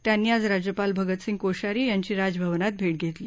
त्यांनी आज राज्यपाल भगतसिंग कोश्यारी यांची राजभवनात भेट घेतली